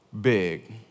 big